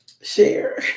share